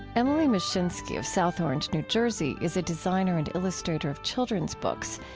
emily muschinske of south orange, new jersey, is a designer and illustrator of children's books.